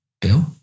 Bill